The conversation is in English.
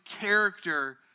character